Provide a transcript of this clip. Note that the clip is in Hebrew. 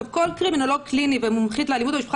כל קרימינולוג קליני ומומחית לאלימות במשפחה